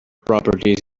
properties